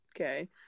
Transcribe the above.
okay